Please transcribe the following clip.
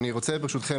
אני רוצה ברשותכם,